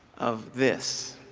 of this.